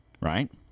right